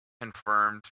confirmed